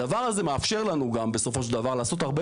הדבר הזה מאפשר לנו גם בסופו של דבר לעשות הרבה